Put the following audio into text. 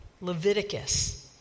Leviticus